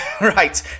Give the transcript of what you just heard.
Right